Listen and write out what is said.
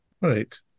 right